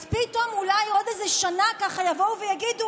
אז פתאום, אולי בעוד איזה שנה, ככה יבואו ויגידו: